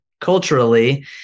culturally